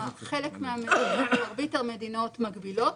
מרבית המדינות מגבילות,